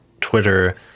Twitter